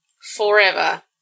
Forever